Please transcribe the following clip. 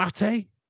Mate